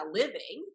living